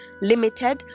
limited